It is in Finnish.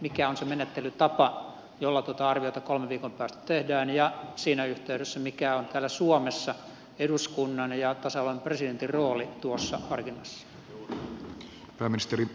mikä on se menettelytapa jolla tuota arviota kolmen viikon päästä tehdään ja mikä on siinä yhteydessä täällä suomessa eduskunnan ja tasavallan presidentin rooli tuossa harkinnassa